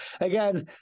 again